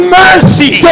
mercy